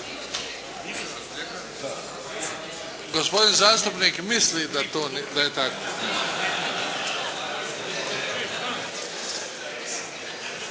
Gospodin zastupnik misli da je tako.